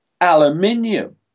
aluminium